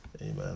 Amen